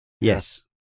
Yes